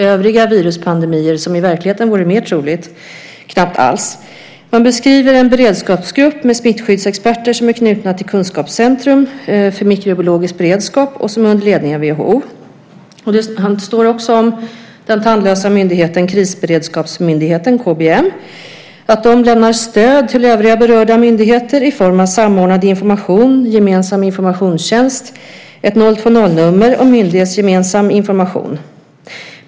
Övriga viruspandemier som i verkligheten vore mer troliga nämns knappt alls. Man beskriver en beredskapsgrupp med smittskyddsexperter som är knutna till Kunskapscentrum för mikrobiologisk beredskap och som står under ledning av WHO. Det står också att den tandlösa myndigheten Krisberedskapsmyndigheten, KBM, lämnar stöd till övriga berörda myndigheter i form av samordnad information, gemensam informationstjänst och ett 020-nummer med myndighetsgemensam information.